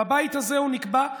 בבית הזה הוא נקבע,